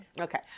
Okay